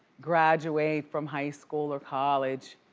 graduate from high school or college.